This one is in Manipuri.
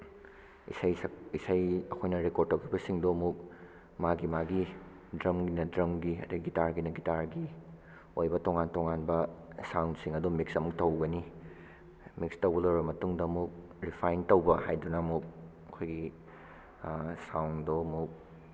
ꯏꯁꯩ ꯏꯁꯩ ꯑꯩꯈꯣꯏꯅ ꯔꯦꯀꯣꯔꯠ ꯇꯧꯈꯤꯕꯁꯤꯡꯗꯣ ꯑꯃꯨꯛ ꯃꯥꯒꯤ ꯃꯥꯒꯤ ꯗ꯭ꯔꯝꯒꯤꯅ ꯗ꯭ꯔꯝꯒꯤ ꯑꯗꯒꯤ ꯒꯤꯇꯥꯔꯒꯤꯅ ꯒꯤꯇꯥꯔꯒꯤ ꯑꯣꯏꯕ ꯇꯣꯉꯥꯟ ꯇꯣꯉꯥꯟꯕ ꯁꯥꯎꯟꯁꯤꯡ ꯑꯗꯣ ꯃꯤꯛꯁ ꯑꯃꯨꯛ ꯇꯧꯒꯅꯤ ꯃꯤꯛꯁ ꯇꯧꯕ ꯂꯣꯏꯔ ꯃꯇꯨꯡꯗ ꯑꯃꯨꯛ ꯔꯤꯐꯥꯏꯟ ꯇꯧꯕ ꯍꯥꯏꯗꯅ ꯑꯃꯨꯛ ꯑꯩꯈꯣꯏꯒꯤ ꯁꯥꯎꯟꯗꯣ ꯑꯃꯨꯛ